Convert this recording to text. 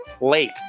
late